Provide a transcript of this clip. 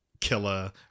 Killer